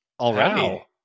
already